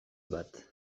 bat